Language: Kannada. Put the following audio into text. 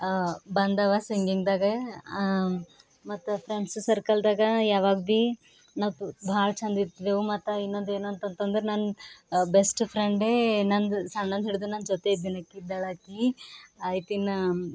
ಬಂದವ ಸಿಂಗಿಂಗ್ದಾಗ ಮತ್ತೆ ಫ್ರೆಂಡ್ಸ ಸರ್ಕಲ್ದಾಗ ಯಾವಾಗ ಭೀ ನಾವು ತೊ ಭಾಳ ಚೆಂದಿರ್ತಿದ್ದೆವು ಮತ್ತು ಇನ್ನೊಂದು ಏನಂತಂತಂದರೆ ನನ್ನ ಬೆಸ್ಟ್ ಫ್ರೆಂಡೇ ನಂದು ಸಣ್ಣದು ಹಿಡಿದು ನನ್ನ ಜೊತೆ ಇದ್ದಿನಾಕಿ ಇದ್ದಳಾಕಿ ಆಯ್ತು ಇನ್ನು